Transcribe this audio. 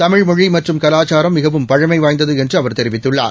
தமிழ் மொழி மற்றும் கலாச்சாரம் மிகவும் பழமை வாய்ந்தது என்று அவர் தெரிவித்துள்ளார்